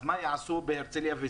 אז מה יעשו בהרצליה?